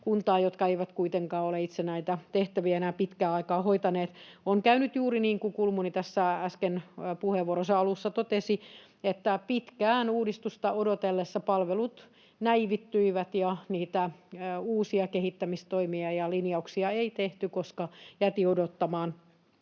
kuntaa, jotka eivät kuitenkaan ole itse näitä tehtäviä enää pitkään aikaan hoitaneet. On käynyt juuri niin kuin Kulmuni tässä äsken puheenvuoronsa alussa totesi, että pitkään uudistusta odotellessa palvelut näivettyivät ja niitä uusia kehittämistoimia ja linjauksia ei tehty, koska jäätiin odottamaan